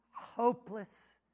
hopeless